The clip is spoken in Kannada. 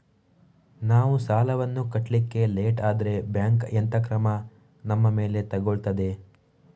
ನಾವು ಸಾಲ ವನ್ನು ಕಟ್ಲಿಕ್ಕೆ ಲೇಟ್ ಆದ್ರೆ ಬ್ಯಾಂಕ್ ಎಂತ ಕ್ರಮ ನಮ್ಮ ಮೇಲೆ ತೆಗೊಳ್ತಾದೆ?